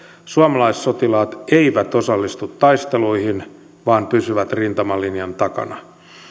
suomalaissotilaat eivät osallistu taisteluihin vaan pysyvät rintamalinjan takana